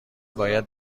باید